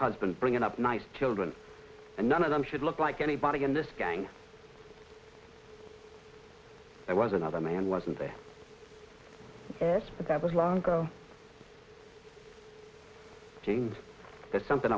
husband bring it up nice tilden and none of them should look like anybody in this gang there was another man wasn't there but that was long ago james there's something